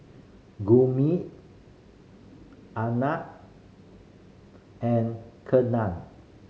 Gurmeet Anand and Ketna